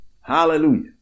Hallelujah